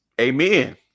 Amen